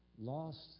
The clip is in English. lost